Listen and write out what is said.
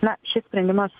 na šis sprendimas